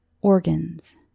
organs